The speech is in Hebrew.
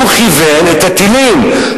הוא כיוון את הטילים,